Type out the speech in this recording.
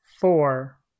four